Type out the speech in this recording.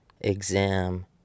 exam